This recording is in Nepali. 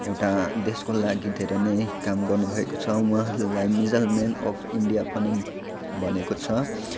एउटा देशको लागि धेरै नै काम गर्नु भएको छ उहाँलाई मिसाइलमेन अफ इन्डिया पनि भनेको छ